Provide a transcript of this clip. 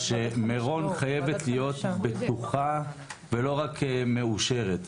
שמירון חייבת להיות בטוחה ולא רק מאושרת.